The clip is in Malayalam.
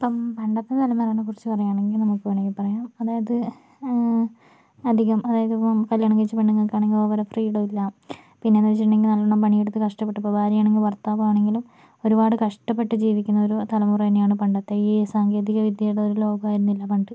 ഇപ്പം പണ്ടത്തെ തലമുറേനെ കുറിച്ച് പറയാണെങ്കിൽ നമുക്ക് വേണെങ്കിൽ പറയാം അതായത് അധികം അതായതിപ്പം കല്യാണം കഴിച്ച പെണ്ണുങ്ങൾക്കാണേ ഓവർ ഫ്രീഡം ഇല്ലാ പിന്നെന്ന് വെച്ചിട്ടുണ്ടെങ്കിൽ നല്ലവണം പണിയെടുത്ത് കഷ്ടപ്പെട്ട് ഇപ്പോൾ ഭാര്യയാണെങ്കിൽ ഭർത്താവാണെങ്കിലും ഒരുപാട് കഷ്ടപ്പെട്ട് ജീവിക്കുന്ന ഒരു തലമുറ തന്നെയാണ് പണ്ടത്തെ ഈ സാങ്കേതിക വിദ്യയുടെ ലോകമായിരുന്നില്ല പണ്ട്